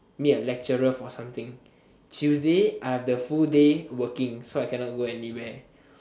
meet a lecturer for something tuesday I have the full day working so I cannot go anywhere